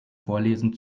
vorlesen